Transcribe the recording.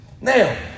Now